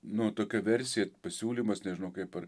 nu tokia versija pasiūlymas nežinau kaip ar